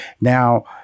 Now